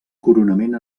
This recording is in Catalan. coronament